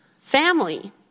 family